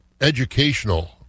educational